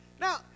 Now